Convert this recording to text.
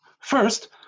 First